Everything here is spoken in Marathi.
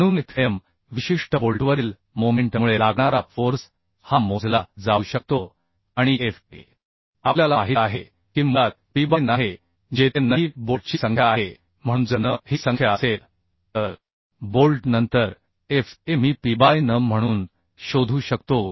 म्हणूनFm विशिष्ट बोल्टवरील मोमेंटमुळे लागणारा फोर्स हा मोजला जाऊ शकतो आणि Fa आपल्याला माहित आहे की मुळात Pबाय nआहे जेथे nही बोल्टची संख्या आहे म्हणून जर n ही संख्या असेल तर बोल्ट नंतर Fa मी Pबाय n म्हणून शोधू शकतो